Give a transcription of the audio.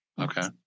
Okay